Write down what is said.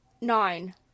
nine